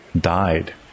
died